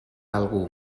algú